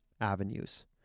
avenues